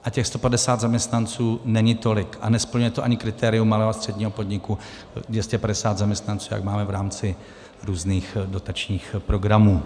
A těch 150 zaměstnanců není tolik a nesplňuje to ani kritérium malého a středního podniku, 250 zaměstnanců, jak máme v rámci různých dotačních programů.